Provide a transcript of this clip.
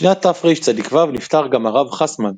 בשנת תרצ"ו נפטר גם הרב חסמן,